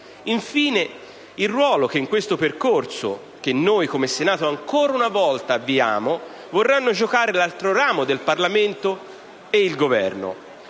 Infine, c'è il ruolo che in questo percorso ‑ che noi, come Senato, ancora una volta avviamo ‑ vorranno giocare l'altro ramo del Parlamento e il Governo.